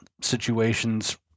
situations